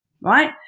right